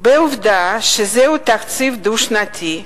בעובדה שזהו תקציב דו-שנתי,